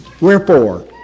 wherefore